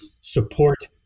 support